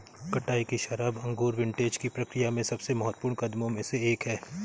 कटाई की शराब अंगूर विंटेज की प्रक्रिया में सबसे महत्वपूर्ण कदमों में से एक है